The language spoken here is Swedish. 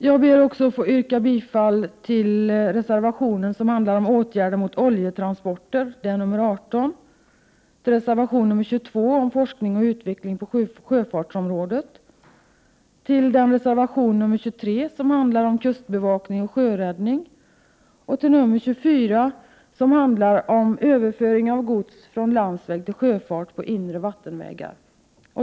Jag yrkar också bifall till reservationen om åtgärder mot oljetransporter, nr 18, till reservation 22 om forskning och utveckling på sjöfartsområdet, till reservation 23 om kustbevakning och sjöräddnng och till reservation 24 om överföring av gods från landsväg till sjöfart på inre vattenvägar.